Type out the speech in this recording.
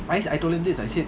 I I told him this I said